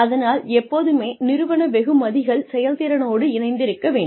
அதனால் எப்போதுமே நிறுவன வெகுமதிகள் செயல்திறனோடு இணைந்திருக்க வேண்டும்